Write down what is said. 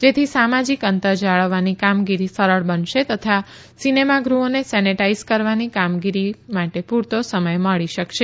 જેથી સામાજીક અંતર જાળવવાની કામગીરી સરળ બનશે તથા સિનેમાગૃહોને સેનેટાઇઝ કરવાની કામગીરી માટે પૂરતો સમય મળી શકશે